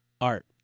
art